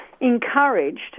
encouraged